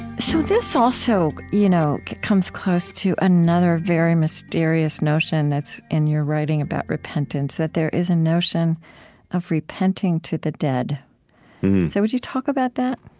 so this also you know comes close to another very mysterious notion that's in your writing about repentance that there is a notion of repenting to the dead mm so would you talk about that?